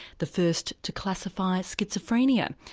the first to classify schizophrenia.